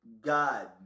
God